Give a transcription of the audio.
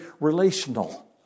relational